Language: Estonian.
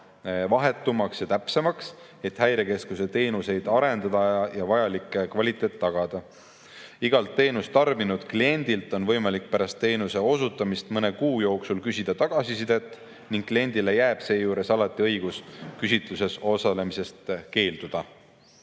vahetumaks ja täpsemaks, et Häirekeskuse teenuseid arendada ja vajalik kvaliteet tagada. Igalt teenust tarbinud kliendilt on võimalik pärast teenuse osutamist mõne kuu jooksul küsida tagasisidet ning kliendile jääb seejuures alati õigus küsitluses osalemisest keelduda.